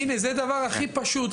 הנה, זה דבר הכי פשוט.